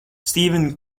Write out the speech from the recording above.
stephen